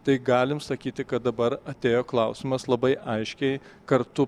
tai galim sakyti kad dabar atėjo klausimas labai aiškiai kartu